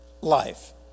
life